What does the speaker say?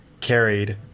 carried